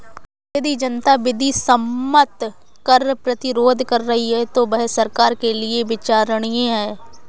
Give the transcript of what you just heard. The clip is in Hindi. यदि जनता विधि सम्मत कर प्रतिरोध कर रही है तो वह सरकार के लिये विचारणीय है